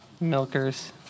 Milkers